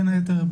בין היתר,